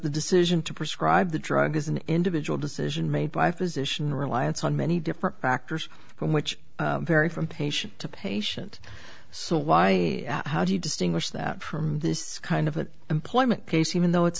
the decision to prescribe the drug is an individual decision made by physician reliance on many different factors which vary from patient to patient so why how do you distinguish that from this kind of an employment case even though it's